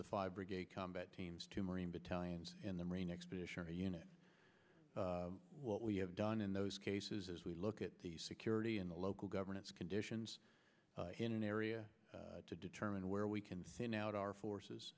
the fire brigade combat teams two marine battalions in the marine expeditionary unit what we have done in those cases is we look at the security in the local governance conditions in an area to determine where we can send out our forces